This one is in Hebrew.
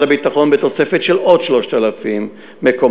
הביטחון מקים בתוספת של עוד 3,000 מקומות.